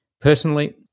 Personally